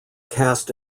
cast